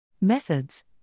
Methods